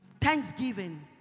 Thanksgiving